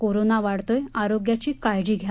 corona वाढतोय आरोग्याची काळजी घ्या